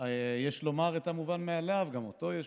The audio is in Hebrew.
שיש לומר גם את המובן מאליו,